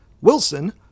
Wilson